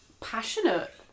passionate